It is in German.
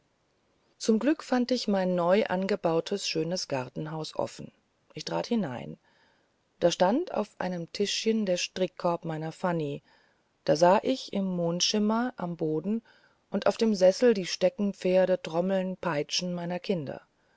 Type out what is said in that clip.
zum glück fand ich mein neuangebautes schönes gartenhaus offen ich trat hinein da stand auf einem tischchen der strickkorb meiner fanny da sah ich im mondschimmer am boden und auf den sesseln die steckenpferde trommeln peitschen meiner kinder